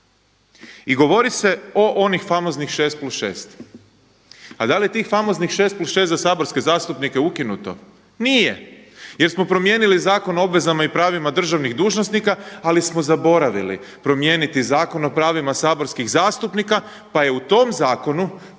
I govori se o onih famoznih 6 + 6. A da li tih famoznih 6 + 6 za saborske zastupnike ukinuto? Nije. Jer smo promijenili Zakon o obvezama i pravima državnih dužnosnika, ali smo zaboravili promijeniti Zakon o pravima saborskih zastupnika pa je u tom zakonu koji